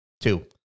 Two